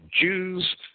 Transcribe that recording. Jews